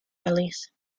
release